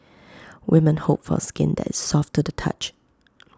women hope for skin that is soft to the touch